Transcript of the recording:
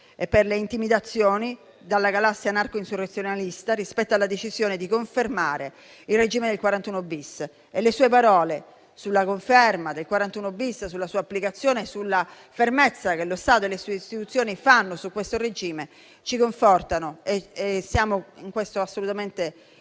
e per le intimidazioni che provengono dalla galassia anarco-insurrezionalista rispetto alla decisione di confermare il regime del 41-*bis*. Le sue parole sulla conferma del 41-*bis*, sulla sua applicazione e sulla fermezza dello Stato e delle sue istituzioni in merito a tale regime ci confortano; in questo siamo assolutamente